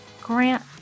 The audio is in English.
Grant